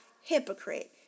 Hypocrite